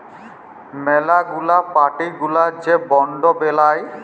ম্যালা গুলা পার্টি গুলা যে বন্ড বেলায়